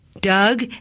Doug